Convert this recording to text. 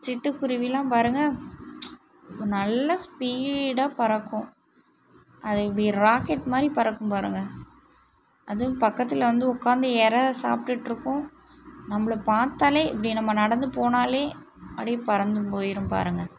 சிட்டுக்குருவிலாம் பாருங்கள் நல்ல ஸ்பீடாக பறக்கும் அது இப்படி ராக்கெட் மாதிரி பறக்கும் பாருங்கள் அதுவும் பக்கத்தில் வந்து உக்காந்து எரை சாப்பிட்டுட்டு இருக்கும் நம்மள பார்த்தாலே இப்படி நம்ம நடந்து போனாலே அப்படியே பறந்து போயிடும் பாருங்கள்